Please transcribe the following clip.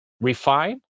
refine